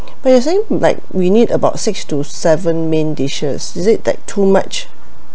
but you're saying like we need about six to seven main dishes is it like too much